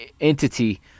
entity